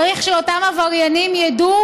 צריך שאותם עבריינים ידעו